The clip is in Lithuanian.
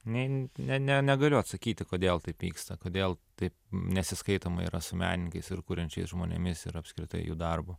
nei ne ne negaliu atsakyti kodėl taip vyksta kodėl taip nesiskaitoma yra su menininkais ir kuriančiais žmonėmis ir apskritai jų darbu